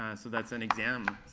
and so that's an exam